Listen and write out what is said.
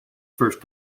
first